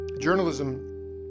journalism